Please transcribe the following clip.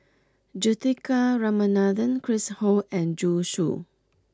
Juthika Ramanathan Chris Ho and Zhu Xu